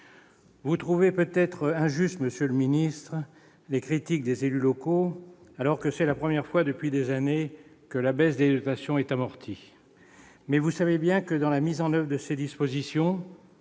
vous trouvez sans doute injustes les critiques des élus locaux alors que c'est la première fois depuis des années que la baisse des dotations est amortie. Mais, vous le savez bien, avec la mise en oeuvre de ces dispositions,